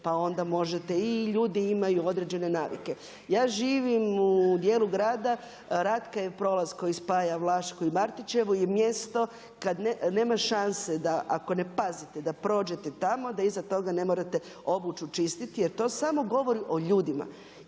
pa onda možete, i ljudi imaju određene navike. Ja živim u dijelu glava Ratkaj prolaz koji spaja Vlašku i Martićevu i mjesto kada nema šanse da ako ne pazite da prođete tamo da iza toga ne morate obuću čistiti jer to samo govori o ljudima